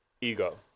Ego